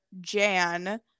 Jan